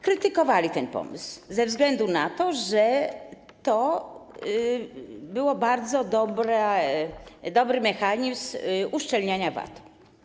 Krytykowano ten pomysł ze względu na to, że to był bardzo dobry mechanizm uszczelniania VAT.